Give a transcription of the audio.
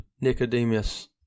Nicodemus